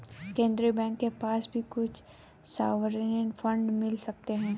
केन्द्रीय बैंक के पास भी कुछ सॉवरेन फंड मिल सकते हैं